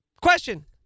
Question